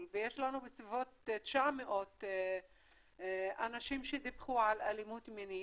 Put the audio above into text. ויש לנו בסביבות 900 אנשים שדיווחו על אלימות מינית,